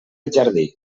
jardí